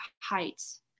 heights